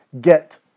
get